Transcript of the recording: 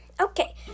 Okay